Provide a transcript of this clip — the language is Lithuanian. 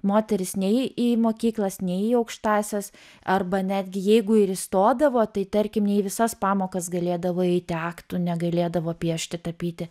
moteris nei į mokyklas nei į aukštąsias arba netgi jeigu ir įstodavo tai tarkim ne į visas pamokas galėdavo eiti aktų negalėdavo piešti tapyti